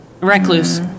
Recluse